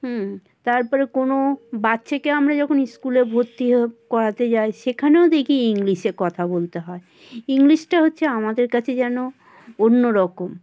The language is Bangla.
হুম তারপরে কোনো বাচ্চাকে আমরা যখন স্কুলে ভর্তি করাতে যাই সেখানেও দেখি ইংলিশে কথা বলতে হয় ইংলিশটা হচ্ছে আমাদের কাছে যেন অন্য রকম